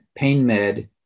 painmed